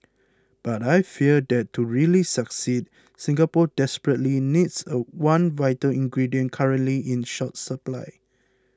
but I fear that to really succeed Singapore desperately needs a one vital ingredient currently in short supply